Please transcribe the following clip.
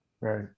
right